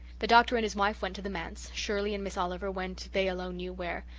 the doctor and his wife went to the manse, shirley and miss oliver went they alone knew where,